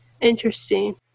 interesting